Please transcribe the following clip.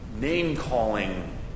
name-calling